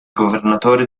governatore